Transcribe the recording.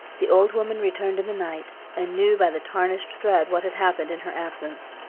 the old woman returned in the night and knew by the tarnished thread what had happened in her absence.